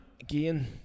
Again